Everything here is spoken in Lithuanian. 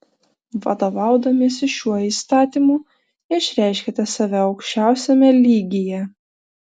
vadovaudamiesi šiuo įstatymu išreiškiate save aukščiausiame lygyje